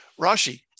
Rashi